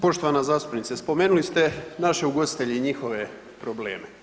Poštovana zastupnice, spomenuli ste naše ugostitelje i njihove probleme.